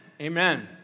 Amen